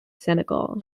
senegal